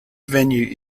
venue